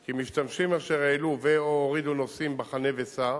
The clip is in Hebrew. כי משתמשים אשר העלו ו/או הורידו נוסעים ב"חנה וסע",